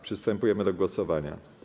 Przystępujemy do głosowania.